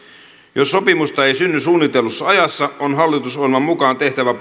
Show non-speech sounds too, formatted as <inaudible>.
jos sopimusta ei synny suunnitellussa ajassa on hallitusohjelman mukaan tehtävä <unintelligible>